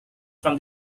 from